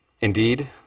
Indeed